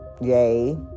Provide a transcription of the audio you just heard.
Yay